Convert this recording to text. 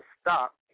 stop